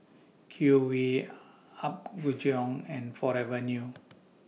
Q V Apgujeong and Forever New